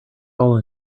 all